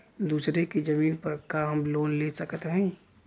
दूसरे के जमीन पर का हम लोन ले सकत हई?